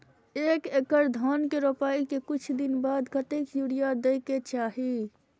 एक एकड़ धान के रोपाई के कुछ दिन बाद कतेक यूरिया दे के चाही?